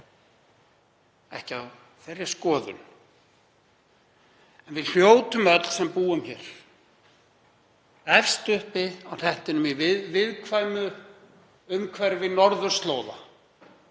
ekki á þeirri skoðun. Við hljótum öll, sem búum hér efst uppi á hnettinum í viðkvæmu umhverfi norðurslóða,